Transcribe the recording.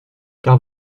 car